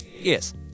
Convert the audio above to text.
Yes